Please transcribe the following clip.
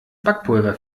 backpulver